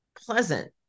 pleasant